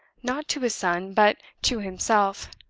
not to his son, but to himself.